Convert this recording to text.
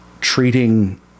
treating